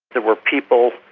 there were people,